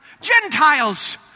Gentiles